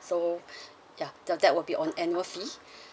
so ya that that will be on annual fee